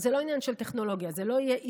זה לא עניין של טכנולוגיה, זה לא יהיה אישי.